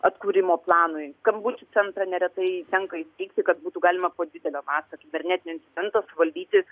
atkūrimo planui skambučių centrą neretai tenka įsteikti kad būtų galima po didelio masto kibernetinio incidento suvaldyti